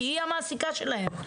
כי היא המעסיקה שלהם.